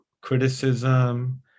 criticism